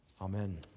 Amen